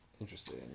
Interesting